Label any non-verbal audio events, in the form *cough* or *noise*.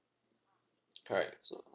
*noise* correct so